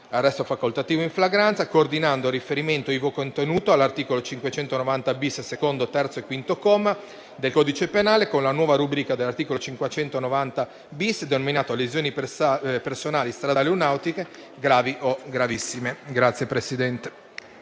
(Arresto facoltativo in flagranza) coordinando il riferimento ivi contenuto all'articolo 590-*bis*, secondo, terzo e quinto comma del codice penale con la nuova rubrica dell'articolo 590-*bis* denominato «Lesioni personali stradali o nautiche gravi o gravissime».